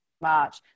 March